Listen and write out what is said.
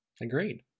Agreed